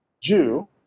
Jew